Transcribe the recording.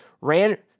ran